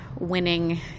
Winning